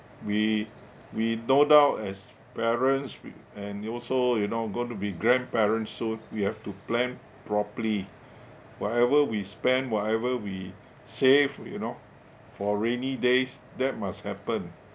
we we no doubt as parents we and also you know going to be grandparents soon we have to plan properly whatever we spend whatever we save you know for rainy days that must happen